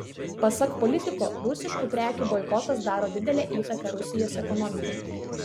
pasak politiko rusiškų prekių boikotas daro didelę įtaką rusijos ekonomikai